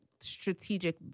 strategic